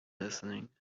listening